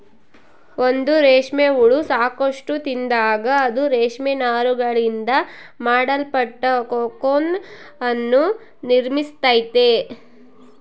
ಒಂದು ರೇಷ್ಮೆ ಹುಳ ಸಾಕಷ್ಟು ತಿಂದಾಗ, ಅದು ರೇಷ್ಮೆ ನಾರುಗಳಿಂದ ಮಾಡಲ್ಪಟ್ಟ ಕೋಕೂನ್ ಅನ್ನು ನಿರ್ಮಿಸ್ತೈತೆ